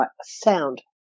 Sound